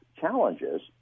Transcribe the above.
challenges